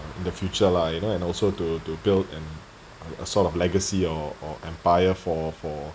in the future lah you know and also to to build and a sort of legacy or or empire for for